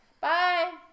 Bye